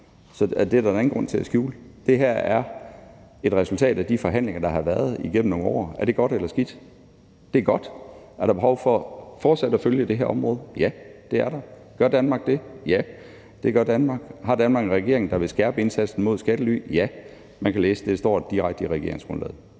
Det er der da ingen grund til at skjule. Det her er et resultat af de forhandlinger, der har været igennem nogle år. Er det godt eller skidt? Det er godt. Er der behov for fortsat at følge det her område? Ja, det er der. Gør Danmark det? Ja, det gør Danmark. Har Danmark en regering, der vil skærpe indsatsen mod skattely? Ja. Man kan læse det; det står direkte i regeringsgrundlaget.